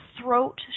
throat